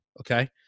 Okay